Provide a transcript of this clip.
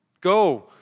Go